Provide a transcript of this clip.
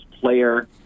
player